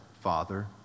Father